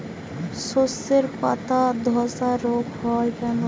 শর্ষের পাতাধসা রোগ হয় কেন?